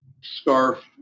scarf